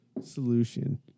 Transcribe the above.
Solution